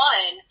One